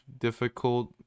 difficult